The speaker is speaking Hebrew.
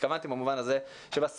התכוונתי במובן זה שבסוף,